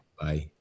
bye